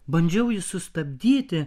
bandžiau jį sustabdyti